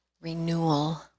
renewal